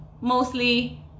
mostly